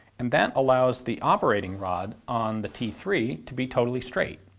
and that allows the operating rod on the t three to be totally straight.